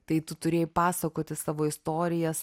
tai tu turėjai pasakoti savo istorijas